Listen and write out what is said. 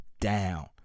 down